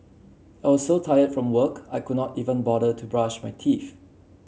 I was so tired from work I could not even bother to brush my teeth